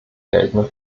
geltenden